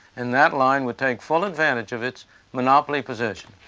and that line would take full advantage of its monopoly position.